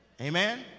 Amen